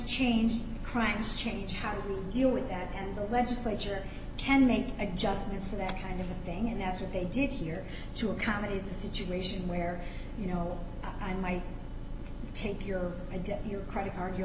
change cranks change how do we deal with that and the legislature can make adjustments for that kind of thing and that's what they did here to accommodate a situation where you know i might take your adit your credit card your